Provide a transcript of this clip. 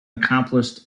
accomplished